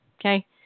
Okay